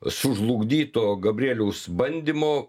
sužlugdyto gabrieliaus bandymo